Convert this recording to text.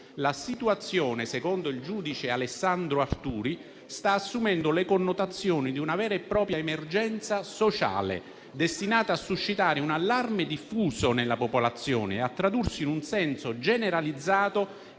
La situazione, secondo il giudice Alessandro Arturi, sta assumendo le connotazioni di una vera e propria emergenza sociale, destinata a suscitare un allarme diffuso nella popolazione e a tradursi in un senso generalizzato